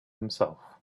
himself